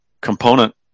component